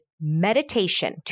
meditation